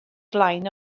flaen